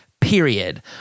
period